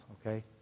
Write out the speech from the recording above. okay